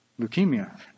leukemia